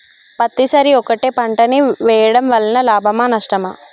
పత్తి సరి ఒకటే పంట ని వేయడం వలన లాభమా నష్టమా?